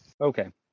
Okay